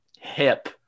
hip